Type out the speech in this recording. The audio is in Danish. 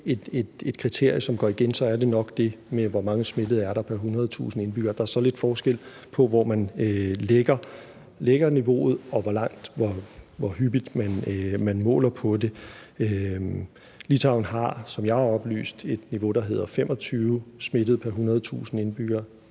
et kriterie, som går igen, så er det nok det med, hvor mange smittede der er pr. 100.000 indbyggere. Der er så lidt forskel på, hvor man lægger niveauet, og hvor hyppigt man måler på det. Litauen har, som jeg er oplyst, et niveau, der hedder 25 smittede pr. 100.000 indbyggere.